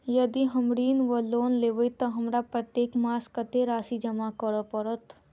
यदि हम ऋण वा लोन लेबै तऽ हमरा प्रत्येक मास कत्तेक राशि जमा करऽ पड़त?